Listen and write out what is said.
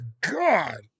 God